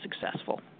successful